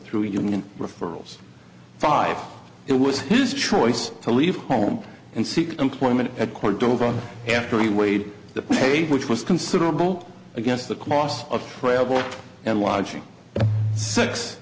through human referrals five it was his choice to leave home and seek employment at cordova after he weighed the pay which was considerable against the cost of travel and lodging sex